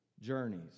Journeys